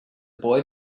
boy